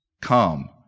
Come